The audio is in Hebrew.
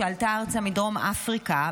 שעלתה ארצה מדרום אפריקה,